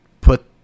put